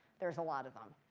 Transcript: there's a lot of them.